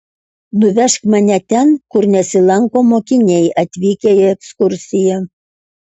nuvežk mane ten kur nesilanko mokiniai atvykę į ekskursiją